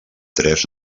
tres